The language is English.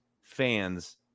fans